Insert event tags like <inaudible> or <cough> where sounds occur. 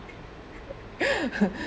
<laughs>